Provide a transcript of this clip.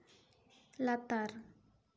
ᱞᱟᱛᱟᱨ